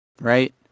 right